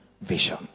vision